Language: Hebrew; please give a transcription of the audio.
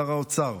לשר האוצר,